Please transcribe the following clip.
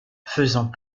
faisant